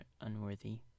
unworthy